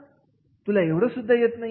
' तुला एवढं सुद्धा येत नाही का